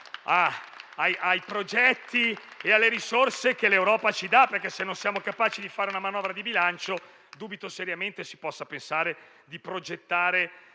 ai progetti e alle risorse che l'Europa ci dà, perché, se non siamo capaci di fare una manovra di bilancio, dubito seriamente si possa pensare di progettare